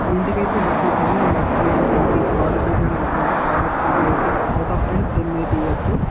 ఇంటికైతే వచ్చేసింది అండ్ వచ్చినాకా దానికి ప్రోడెక్ట్ విషయానికి వస్తేనైతే ప్రోడక్ట్కి అయితే rating out of ten ten అయితే ఇయ్యవచ్చు